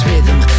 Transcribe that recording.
rhythm